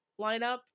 lineup